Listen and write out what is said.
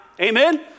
Amen